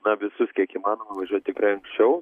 na visus kiek įmanoma važiuot tikrai anksčiau